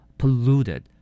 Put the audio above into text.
polluted